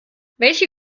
welche